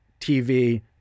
TV